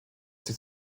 sich